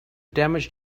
damage